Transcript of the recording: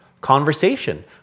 conversation